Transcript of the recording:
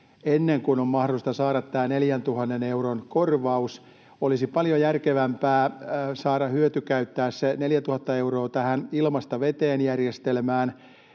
ennen kuin on mahdollista saada tämä 4 000 euron korvaus. Olisi paljon järkevämpää saada hyötykäyttää se 4 000 euroa tähän ilmasta veteen ‑järjestelmään,